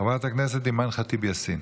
חברת הכנסת אימאן ח'טיב יאסין.